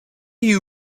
you